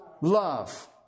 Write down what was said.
love